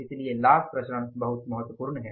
इसलिए लाभ विचरण बहुत महत्वपूर्ण है